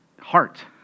heart